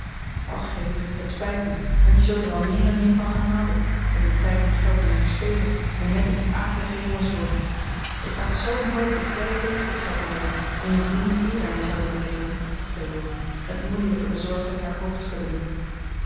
och heden dat spijt mij want je zult er al meer en meer van gaan houden er je tijd en geld mee verspelen en net als die akelige jongens worden ik had zoo'n hoop dat jij degelijk zou blijven en je vrienden eer aan je zouden beleven zei jo met moederlijke bezorgdheid haar hoofd schuddende